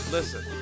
Listen